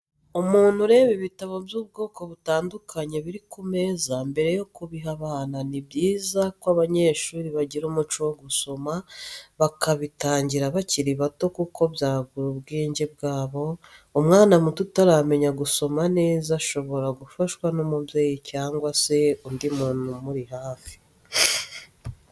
Umuntu ureba ibitabo by'ubwoko butandukanye biri ku meza mbere yo kubiha abana, ni byiza ko abanyeshuri bagira umuco wo gusoma bakabitangira bakiri bato kuko byagura ubwenge bwabo, umwana muto utaramenya gusoma neza shobora gufashwa n'umubyeyi cyangwa se undi muntu umuri hafi.